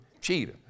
cheetah